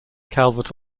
calvert